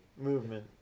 Movement